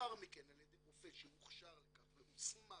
ולאחר מכן על ידי רופא שהוכשר לכך והוסמך